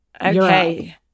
okay